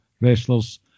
wrestlers